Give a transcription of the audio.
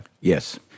Yes